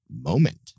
Moment